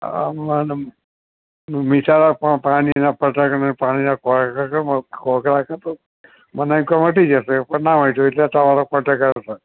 હા મીઠાના પા પાણીના કોગળા પાણીના કોગળા કરતો હતો મને એમ કે મટી જશે પણ ના મટ્યું એટલે તમારા કોન્ટેક આવ્યો